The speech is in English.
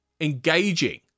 engaging